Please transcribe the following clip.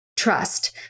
trust